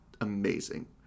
amazing